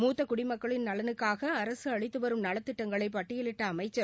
மூத்த குடிமக்ளின் நலனுக்காக அரசு அளித்து வரும் நலத்திட்டங்களை பட்டியலிட்ட அமைச்சர்